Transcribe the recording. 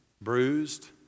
bruised